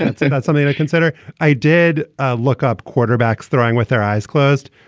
that's and that's something i consider i did look up quarterbacks throwing with their eyes closed.